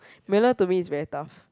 manual to me is very tough